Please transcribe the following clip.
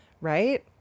Right